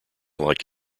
like